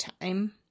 time